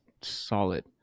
solid